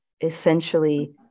essentially